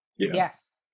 Yes